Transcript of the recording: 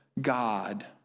God